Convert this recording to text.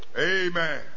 Amen